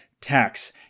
tax